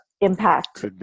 impact